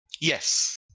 Yes